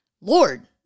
Lord